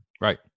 Right